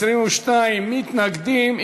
22 מתנגדים.